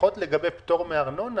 לפחות לגבי פטור מארנונה,